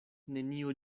neniu